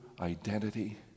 identity